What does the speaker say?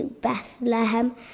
Bethlehem